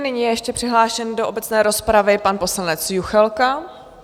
Nyní je ještě přihlášen do obecné rozpravy pan poslanec Juchelka.